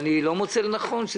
אני לא מוצא לנכון.